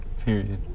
Period